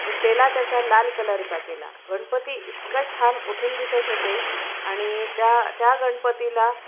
व शेला त्याचा लाल कलरचा केला गणपती इतका छान उठून दिसत होते आणि त्या त्या गणपतीला